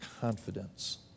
confidence